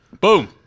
Boom